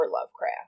Lovecraft